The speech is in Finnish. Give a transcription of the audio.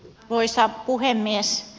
arvoisa puhemies